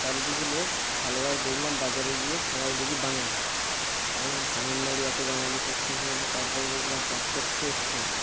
চারিদিকে লোক ভালোভাবে দেখলাম বাজারে গিয়ে সবাই দেখি বাঙালি আমি বলি তামিলনাড়ু এতো বাঙালি কোথা থেকে এলো তারপরে দেখলাম কাজ করতে এসছে এরা